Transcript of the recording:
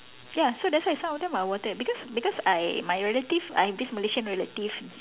ya so that's why some of them are water because because I my relative I've this Malaysian relative